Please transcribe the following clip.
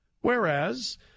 Whereas